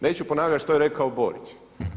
Neću ponavljati što je rekao Borić.